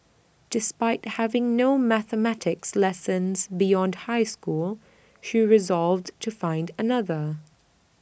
despite having no mathematics lessons beyond high school she resolved to find another